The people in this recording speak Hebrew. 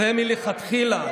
זה מלכתחילה,